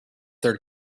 third